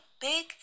Big